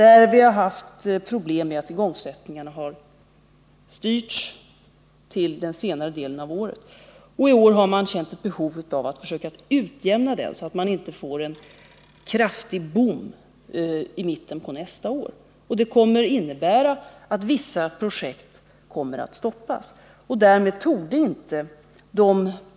Vi har här haft problem med att igångsättningarna styrts till den senare delen av året. I år har man känt ett behov av att utjämna detta, så att vi inte får en kraftig boom i mitten på nästa år. Det innebär att vissa projekt kommer att stoppas.